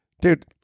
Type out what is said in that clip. Dude